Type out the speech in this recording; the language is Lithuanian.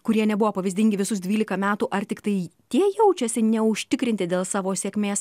kurie nebuvo pavyzdingi visus dvylika metų ar tiktai tie jaučiasi neužtikrinti dėl savo sėkmės